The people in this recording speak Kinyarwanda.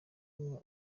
n’umwe